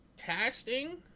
Casting